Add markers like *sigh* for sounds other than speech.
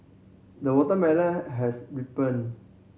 the watermelon *unintelligible* has ripened